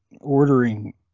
ordering